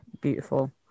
beautiful